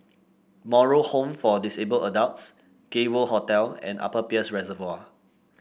Moral Home for Disabled Adults Gay World Hotel and Upper Peirce Reservoir